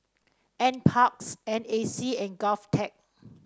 NParks N A C and Govtech